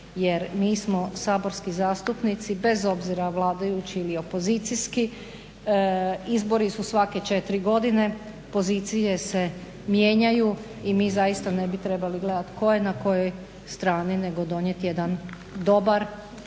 jer mi smo saborski zastupnici bez obzira vladajući ili opozicijski. Izbori su svake 4 godine pozicije se mijenjaju i mi zaista ne bi trebali gledati tko je na kojoj strani nego donijeti jedan dobar